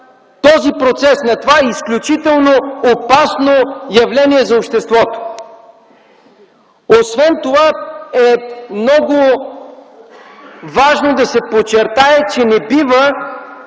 този процес, на това изключително опасно явление за обществото. Освен това е много важно да се подчертае, че не бива